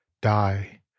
die